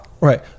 Right